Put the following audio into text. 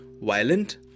violent